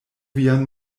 vian